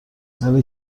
ولی